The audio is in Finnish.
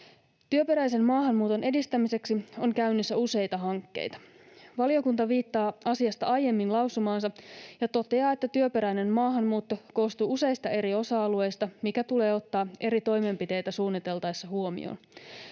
Työperäisen maahanmuuton edistämiseksi on käynnissä useita hankkeita. Valiokunta viittaa asiasta aiemmin lausumaansa ja toteaa, että työperäinen maahanmuutto koostuu useista eri osa-alueista, mikä tulee ottaa eri toimenpiteitä suunniteltaessa huomioon.